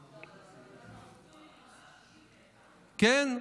כן,